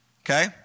Okay